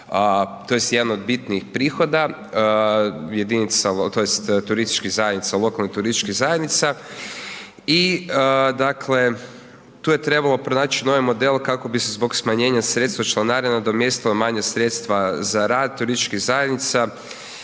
tj. turističkih zajednica, lokalnih turističkih zajednica i dakle, tu je trebalo pronać novi model kako bi se zbog smanjenja sredstava članarina nadomjestila manja sredstva za rad turističkih zajednica